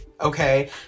okay